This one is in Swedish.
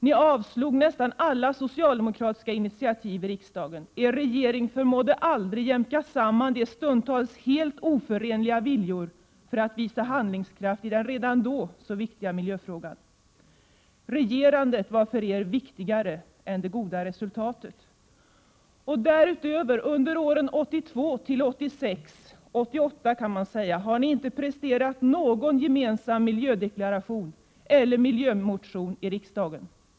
Ni avslog nästan alla socialdemokratiska initiativ i riksdagen. Er regering förmådde aldrig jämka samman de stundstals helt oförenliga viljorna, för att visa handlingskraft i den redan då så viktiga miljöfrågan. Regerandet var för er viktigare än det goda resultatet. Därutöver har ni, under åren 1982-1988, inte presterat någon gemensam miljödeklaration eller miljömotion i riksdagen.